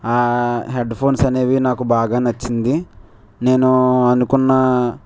headphones అనేవి నాకు బాగా నచ్చింది నేను అనుకున్నాను